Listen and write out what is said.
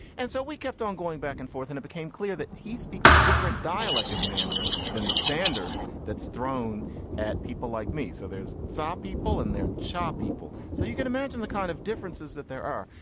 and so we kept on going back and forth, and it became clear that he speaks a different dialect of mandarin than the standard that's thrown at people like me so there's some people in there, chop people. so you can imagine the kind of differences that there are.